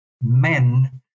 men